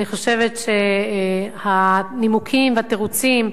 אני חושבת שהנימוקים והתירוצים,